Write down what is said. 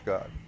God